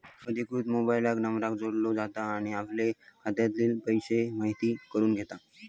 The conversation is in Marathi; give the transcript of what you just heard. अधिकृत मोबाईल नंबराक जोडलो जाता आणि आपले खात्यातले पैशे म्हायती करून घेता